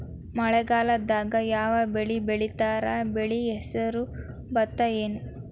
ಮಳೆಗಾಲದಾಗ್ ಯಾವ್ ಬೆಳಿ ಬೆಳಿತಾರ, ಬೆಳಿ ಹೆಸರು ಭತ್ತ ಏನ್?